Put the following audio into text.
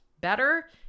better